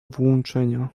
włączenia